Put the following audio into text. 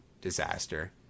disaster